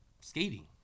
skating